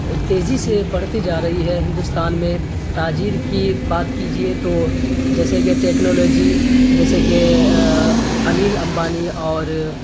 تیزی سے بڑھتی جا رہی ہے ہندوستان میں تاجر کی بات کیجیے تو جیسے کہ ٹیکنالوجی جیسے کہ انل امبانی اور